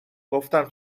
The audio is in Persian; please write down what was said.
گفتم